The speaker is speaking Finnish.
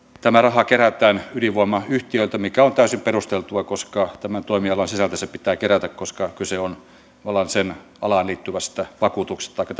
tämä raha kerätään ydinvoimayhtiöiltä mikä on täysin perusteltua koska tämän toimialan sisältä se pitää kerätä koska kyse on sen alaan liittyvästä vakuutuksesta taikka